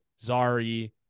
Zari